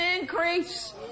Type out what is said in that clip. increase